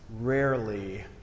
rarely